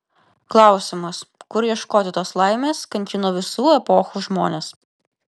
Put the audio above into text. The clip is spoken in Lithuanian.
klausimas kur ieškoti tos laimės kankino visų epochų žmones